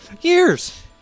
Years